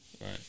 Right